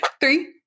Three